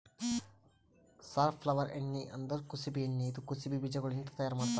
safflower ಎಣ್ಣಿ ಅಂದುರ್ ಕುಸುಬಿ ಎಣ್ಣಿ ಇದು ಕುಸುಬಿ ಬೀಜಗೊಳ್ಲಿಂತ್ ತೈಯಾರ್ ಮಾಡ್ತಾರ್